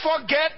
forget